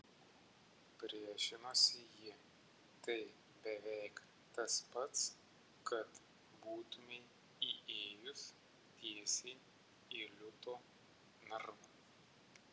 priešinosi ji tai beveik tas pats kad būtumei įėjus tiesiai į liūto narvą